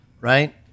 right